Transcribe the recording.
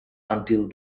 until